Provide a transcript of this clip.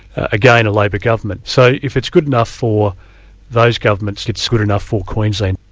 again a labor government. so if it's good enough for those governments, it's good enough for queensland.